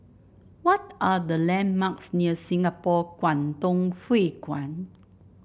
what are the landmarks near Singapore Kwangtung Hui Kuan